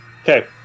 Okay